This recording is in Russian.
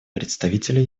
представителю